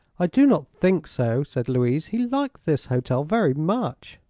i do not think so, said louise. he liked this hotel very much.